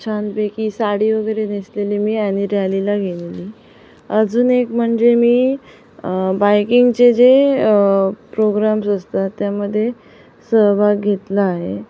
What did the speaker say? छानपैकी साडी वगैरे नेसलेली मी आणि रॅलीला गेलेली अजून एक म्हणजे मी बायकिंगचे जे प्रोग्राम्ज असतात त्यामध्ये सहभाग घेतला आहे